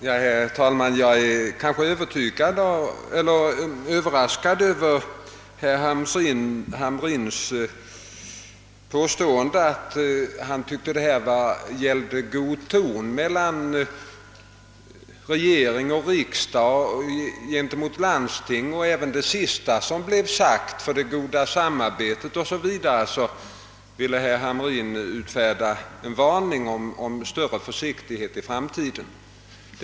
Herr talman! Jag är överraskad över herr Hamrins i Kalmar uttalande att det enligt hans mening här gällde en fråga om god ton mellan regering och riksdag gentemot landstingen. Och även med hänsyn till det goda samarbetet o.s.v. ville herr Hamrin utfärda en varning och förorda större försiktighet i framtiden.